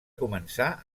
començar